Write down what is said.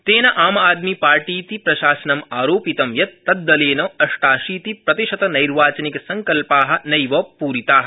तेन आम आदमी पार्टीति प्रशासनमारोपितं यत् तद्दलेन अष्टाशीतिप्रतिशत नैर्वाचनिकसंकल्पा नैव पूरिता